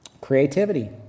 Creativity